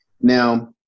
Now